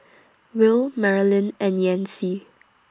Will Marolyn and Yancy